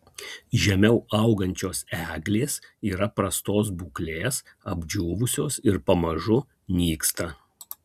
žemiau augančios eglės yra prastos būklės apdžiūvusios ir pamažu nyksta